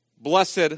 blessed